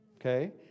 okay